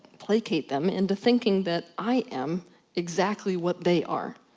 plakate them into thinking that i am exactly what they are.